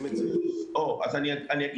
ולכן,